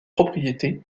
propriété